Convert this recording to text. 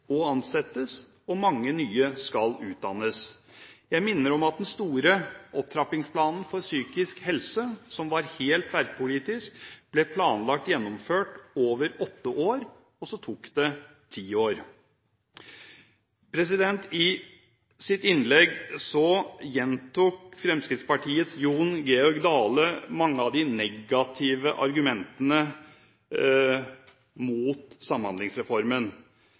og ansettes, og mange nye skal utdannes. Jeg minner om at den store opptrappingsplanen for psykisk helse, som var tverrpolitisk, ble planlagt gjennomført over åtte år – og så tok det ti år. I sitt innlegg gjentok Fremskrittspartiets Jon Georg Dale mange av de negative argumentene mot Samhandlingsreformen.